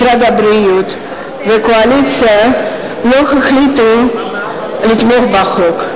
משרד הבריאות והקואליציה לא החליטו לתמוך בחוק,